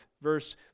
Verse